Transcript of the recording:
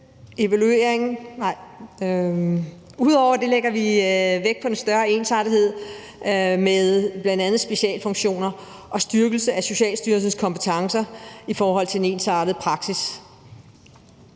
sammenhæng. Ud over det lægger vi vægt på en større ensartethed med bl.a. specialfunktioner og styrkelse af Socialstyrelsens kompetencer i forhold til en ensartet praksis.